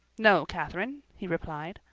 no, catherine, he replied,